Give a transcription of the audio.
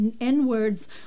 N-words